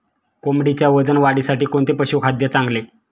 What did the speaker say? कोंबडीच्या वजन वाढीसाठी कोणते पशुखाद्य चांगले?